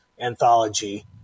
anthology